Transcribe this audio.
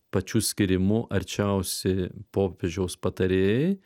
pačiu skyrimu arčiausi popiežiaus patarėjai